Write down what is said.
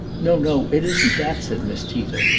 no, no it isn't that, said miss tita,